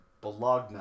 bologna